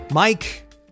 Mike